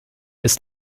ist